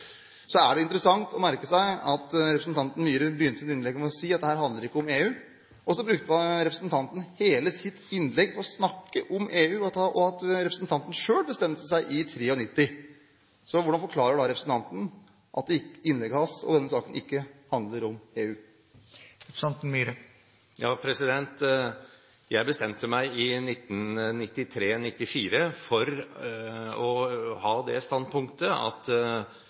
Så der har man det prinsippet at hovedstaden ikke har noen representasjon i Kongressen. Det er interessant å merke seg at representanten Myhre begynte sitt innlegg med å si at dette handler ikke om EU. Så brukte representanten hele sitt innlegg til å snakke om EU og om at representanten selv bestemte seg i 1993. Hvordan forklarer da representanten at innlegget hans og denne saken ikke handler om EU? Jeg bestemte meg i 1993–94 for å ha det standpunktet at